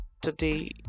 today